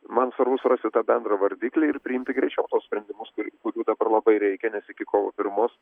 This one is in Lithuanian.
man svarbu surasti bendrą vardiklį ir priimti greičiau sprendimus kurių dabar labai reikia nes iki kovo pirmos